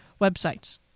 websites